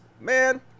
Man